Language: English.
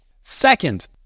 Second